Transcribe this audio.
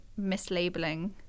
mislabeling